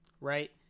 right